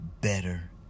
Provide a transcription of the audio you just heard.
better